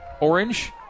orange